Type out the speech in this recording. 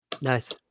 Nice